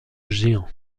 géant